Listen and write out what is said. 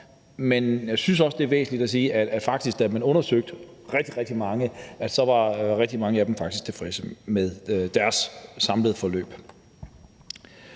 men jeg synes også, det er væsentligt, at sige, at da man undersøgte rigtig, rigtig mange, var rigtig mange af dem faktisk tilfredse med deres samlede forløb.